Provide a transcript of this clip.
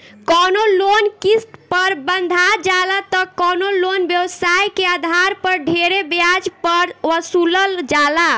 कवनो लोन किस्त पर बंधा जाला त कवनो लोन व्यवसाय के आधार पर ढेरे ब्याज पर वसूलल जाला